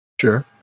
Sure